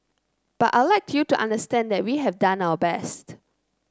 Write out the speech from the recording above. but I'd like you to understand that we have done our best